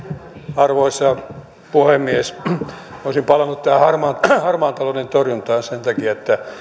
arvoisa puhemies olisin palannut tähän harmaan talouden torjuntaan sen takia että